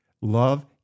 love